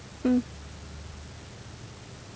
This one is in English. mm